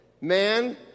Man